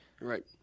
Right